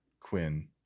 Quinn